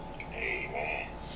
Amen